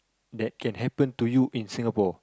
that can happen to you in Singapore